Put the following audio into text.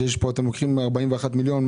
שאתם לוקחים 41 מיליון.